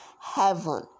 heaven